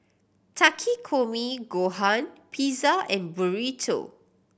Takikomi Gohan Pizza and Burrito